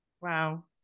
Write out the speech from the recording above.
Wow